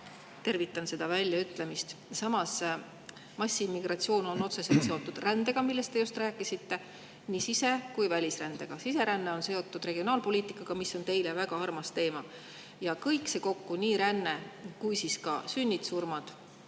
Tervitan seda väljaütlemist. Samas, massiimmigratsioon on otseselt seotud rändega, millest te just rääkisite, nii sise‑ kui ka välisrändega. Siseränne on seotud regionaalpoliitikaga, mis on teile väga armas teema. Kõik see kokku, nii ränne kui ka sünnid-surmad